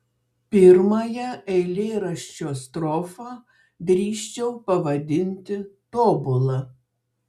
pirmąją eilėraščio strofą drįsčiau pavadinti tobula